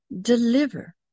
deliver